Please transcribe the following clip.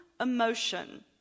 emotion